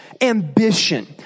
ambition